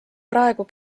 praegu